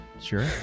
Sure